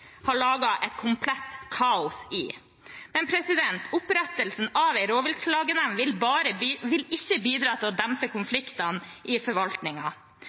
har laget et komplett kaos i, men opprettelsen av en rovviltklagenemnd vil ikke bidra til å dempe konfliktene i